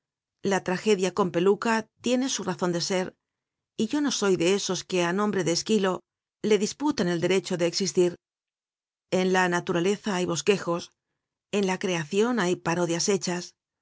la tragedia con peluca tiene su razon de ser y yo no soy de esos que á nombre de esquilo le disputan el derecho de existir en la naturaleza hay bosquejos en la creacion hay parodias hechas